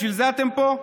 בשביל זה אתם פה?